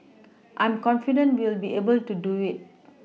I'm confident we'll be able to do it